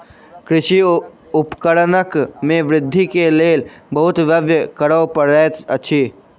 कृषि उपकरण में वृद्धि के लेल बहुत व्यय करअ पड़ैत अछि